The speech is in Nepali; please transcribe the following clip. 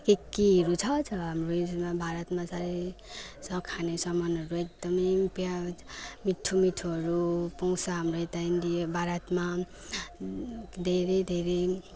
के केहरू छ छ हाम्रोमा भारतमा साह्रै छ खाने सामानहरू एकदम प्याज मिठो मिठोहरू पाउँछ हाम्रो यता इन्डिया भारतमा धेरै धेरै